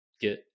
get